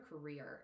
career